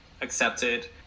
accepted